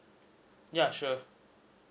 yeah sure